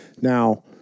Now